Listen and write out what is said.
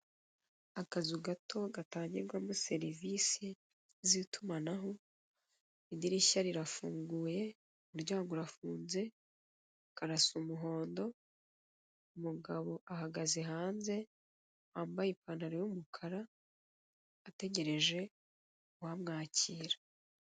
Akazu gato gatangirwamo serivisi z'itumanaho, idirishya rirafunguye, umuryango urafunze, karasa umuhondo, umugabo ahagaze hanze wambaye ipantaro y'umukara ategereje uwamwakira.